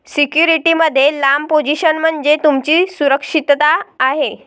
security मध्ये लांब position म्हणजे तुमची सुरक्षितता आहे